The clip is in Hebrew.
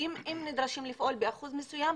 אם נדרשים לפעול באחוז מסוים,